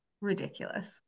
ridiculous